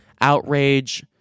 outrage